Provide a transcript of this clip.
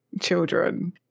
children